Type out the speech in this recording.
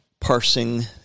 parsing